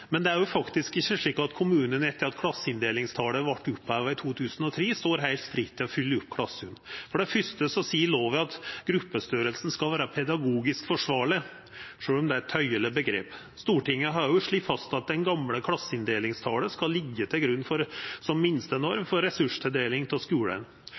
Men det er faktisk ikkje slik at kommunane etter at klasseinndelingstalet vart oppheva i 2003, står heilt fritt til å fylla opp klassane. For det fyrste seier lova at gruppestorleiken skal vera pedagogisk forsvarleg, sjølv om det er eit tøyeleg omgrep. Stortinget har òg slått fast at det gamle klasseinndelingstalet skal liggja til grunn som minstenorm for ressurstildeling til skulane. Den fridommen som